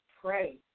pray